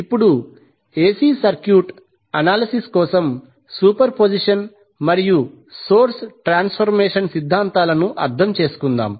ఇప్పుడు AC circuit analysis కోసం superposition మరియు సోర్స్ ట్రాన్స్ఫర్మేషన్ సిద్ధాంతాలను అర్థం చేసుకుందాం